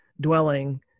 dwelling